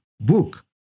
book